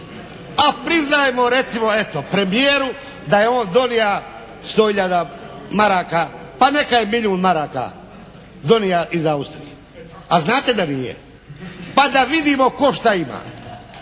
A priznajemo recimo eto premijeru da je on donia 100 hiljada maraka pa neka je milijun maraka donia iz Austrije. A znate da nije. Pa da vidimo tko šta ima.